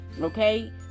okay